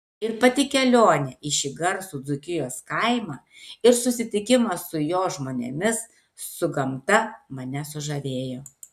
ir pati kelionė į šį garsų dzūkijos kaimą ir susitikimas su jo žmonėmis su gamta mane sužavėjo